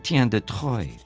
de and troyes,